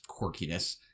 quirkiness